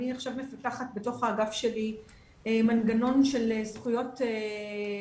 אני עכשיו מפתחת בתוך האגף שלי מנגנון של זכויות חוסים,